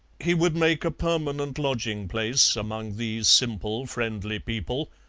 he would make a permanent lodging-place among these simple friendly people,